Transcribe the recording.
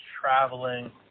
traveling